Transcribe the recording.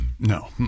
no